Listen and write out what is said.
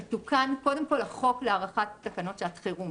ותוקן קודם כל החוק להארכת תקנות שעת חירום.